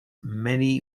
many